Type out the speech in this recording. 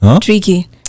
Tricky